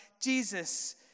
Jesus